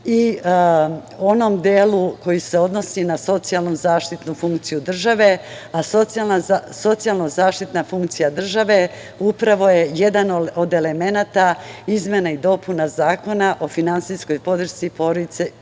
i onom delu koji se odnosi na socijalno-zaštitnu funkciju države, a socijalno-zaštitna funkcija države upravo je jedan od elemenata izmena i dopuna Zakona o finansijskoj podršci porodicama